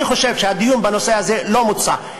אני חושב שהדיון בנושא הזה לא מוצה.